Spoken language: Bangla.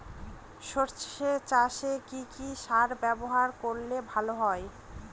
সর্ষে চাসে কি কি সার ব্যবহার করলে ভালো হয়?